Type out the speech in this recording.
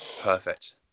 Perfect